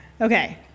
Okay